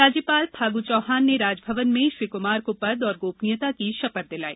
राज्यपाल फागु चौहान ने राजभवन में श्री कुमार को पद और गोपनीयता की शपथ दिलाई